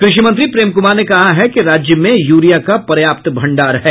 कृषि मंत्री प्रेम कुमार ने कहा है कि राज्य में यूरिया का पर्याप्त भंडार है